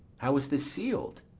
how was this seal'd?